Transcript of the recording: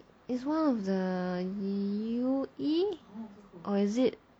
is one of the U_E or is it